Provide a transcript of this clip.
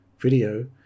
video